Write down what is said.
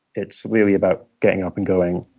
it's really about getting up and going.